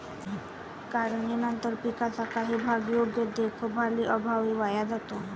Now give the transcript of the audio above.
काढणीनंतर पिकाचा काही भाग योग्य देखभालीअभावी वाया जातो